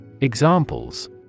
Examples